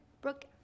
Brooke